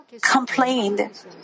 complained